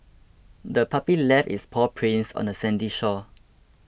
the puppy left its paw prints on the sandy shore